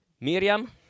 Miriam